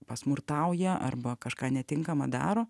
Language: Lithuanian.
pasmurtauja arba kažką netinkama daro